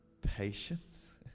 patience